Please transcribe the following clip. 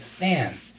man